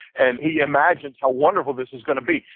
and he imagines how wonderful this is going to be.